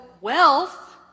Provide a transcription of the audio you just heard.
wealth